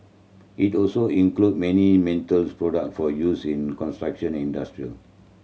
it also include many metals product for use in construction and industrial